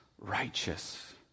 righteous